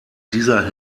dieser